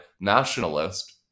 nationalist